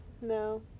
No